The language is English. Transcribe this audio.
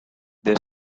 they